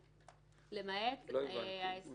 הקיימים, למעט --- לא הבנתי.